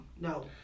no